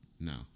No